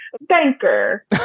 banker